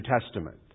Testament